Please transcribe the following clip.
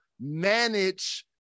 manage